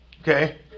Okay